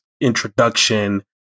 introduction